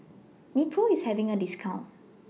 Nepro IS having A discount